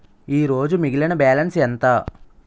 ఈరోజు మిగిలిన బ్యాలెన్స్ ఎంత?